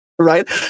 Right